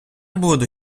буду